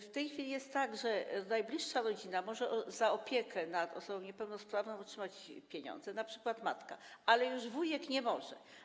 W tej chwili jest tak, że najbliższa rodzina może za opiekę nad osobą niepełnosprawną otrzymać pieniądze, np. matka, ale już wujek nie może.